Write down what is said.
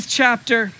chapter